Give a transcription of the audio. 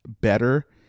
better